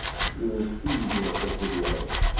the rule c here for videos,